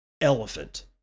elephant